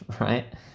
right